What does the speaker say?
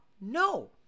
No